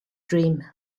dream